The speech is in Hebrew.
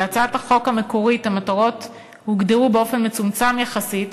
בהצעת החוק המקורית המטרות הוגדרו באופן מצומצם יחסית,